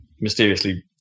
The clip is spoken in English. mysteriously